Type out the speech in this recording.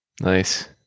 Nice